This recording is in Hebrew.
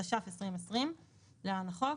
התש"ף-2020 (להלן החוק),